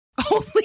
Holy